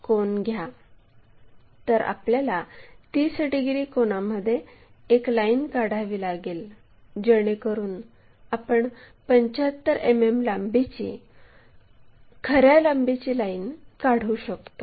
तर आपल्याला 30 डिग्री कोनामध्ये एक लाईन काढावी लागेल जेणेकरून आपण 75 मिमी लांबीची खऱ्या लांबीची लाईन काढू शकतो